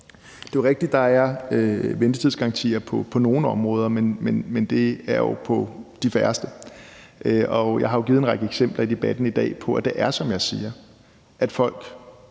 Det er jo rigtigt, at der er ventetidsgarantier på nogle områder, men det er jo på de færreste. Jeg har jo givet en række eksempler i debatten i dag på, at det er, som jeg siger: at folk